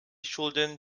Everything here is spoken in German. schulden